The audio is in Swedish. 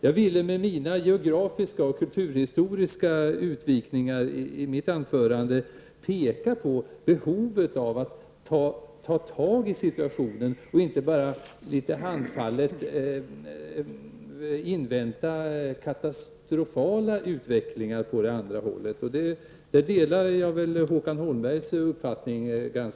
Jag ville med de geografiska och kulturhistoriska utvikningarna i mitt anförande peka på behovet av att ta tag i situationen och inte bara litet handfallet invänta katastrofala utvecklingar. Jag delar där Håkan Holmbergs uppfattning.